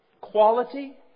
Quality